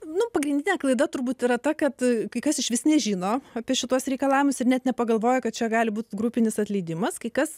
nu pagrindine klaida turbūt yra ta kad kai kas išvis nežino apie šituos reikalavimus ir net nepagalvoja kad čia gali būti grupinis atleidimas kai kas